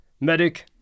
medic